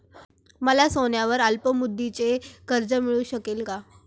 मला सोन्यावर अल्पमुदतीचे कर्ज मिळू शकेल का?